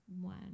one